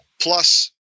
plus